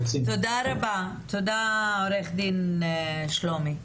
תודה עו"ד שלומי.